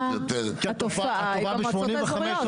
כי התופעה היא במועצות האזוריות.